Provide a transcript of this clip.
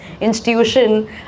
institution